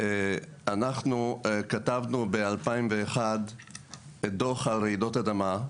אני רוצה לציין שכתבנו ב-2001 דוח על רעידות אדמה.